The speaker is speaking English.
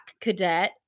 cadet